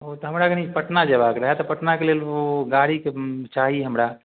ओ तऽ हमरा कनि पटना जएबाक रहै तऽ पटनाके लेल ओ गाड़ीके चाही हमरा